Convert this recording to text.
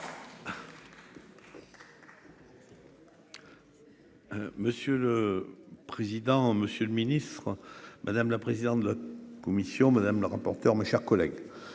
Monsieur le président, Monsieur le Ministre, madame la présidente de la commission madame le rapporteur, mes chers collègues,